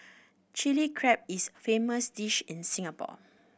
Chilli Crab is a famous dish in Singapore